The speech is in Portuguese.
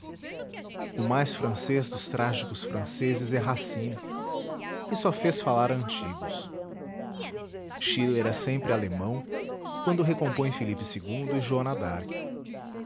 o mais francês dos trágicos franceses é racine que só fez falar a antigos schiller é sempre alemão quando recompõe filipe ii e joana